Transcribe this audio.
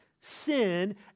sin